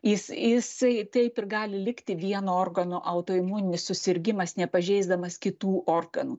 jis jisai taip ir gali likti vieno organo autoimuninis susirgimas nepažeisdamas kitų organų